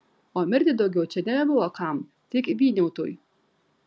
o mirti daugiau čia nebebuvo kam tik vyniautui